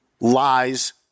lies